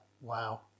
Wow